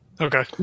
Okay